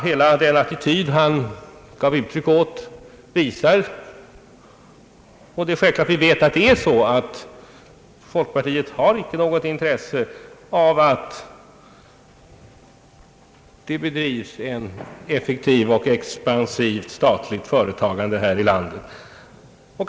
Hela den attityd han gav uttryck åt visar — och vi vet självfallet att det är så — att folkpartiet inte har något intresse av att det bedrivs ett effektivt och expansivt statligt företagande här i landet.